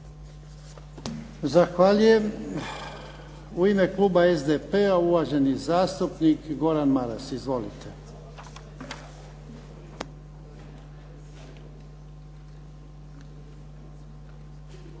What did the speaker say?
Zahvaljujem. U ime kluba SDP-a uvaženi zastupnik Gordan Maras. Izvolite. **Maras,